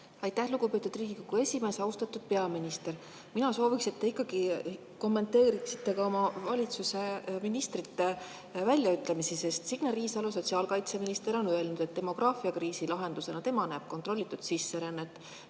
Aitäh, lugupeetud Riigikogu esimees! Austatud peaminister! Mina sooviks, et te ikkagi kommenteeriksite oma valitsuse ministrite väljaütlemisi. Signe Riisalo, sotsiaalkaitseminister, on öelnud, et demograafiakriisi lahendusena näeb tema kontrollitud sisserännet.